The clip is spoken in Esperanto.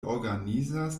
organizas